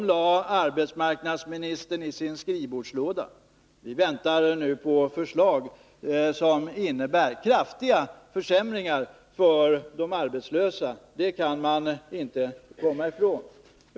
lade arbetsmarknadsministern i sin skrivbordslåda. Vi väntar nu på förslag som innebär — det kan man inte komma ifrån — kraftiga försämringar för de arbetslösa.